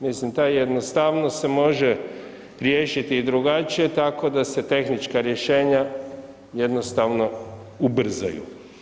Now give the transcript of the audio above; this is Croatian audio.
Mislim ta jednostavnost se može riješiti drugačije tako da se tehnička rješenja jednostavno ubrzaju.